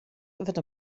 wurdt